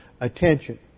attention